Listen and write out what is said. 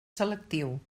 selectiu